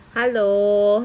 hello